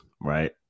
right